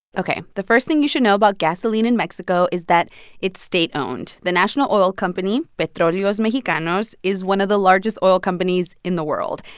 ok. the first thing you should know about gasoline in mexico is that it's state-owned. the national oil company, but petroleos mexicanos, is one of the largest oil companies in the world.